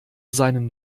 seinen